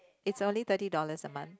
its only thirty dollars a month